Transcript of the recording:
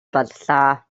боллоо